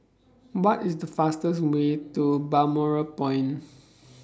What IS The fastest Way to Balmoral Point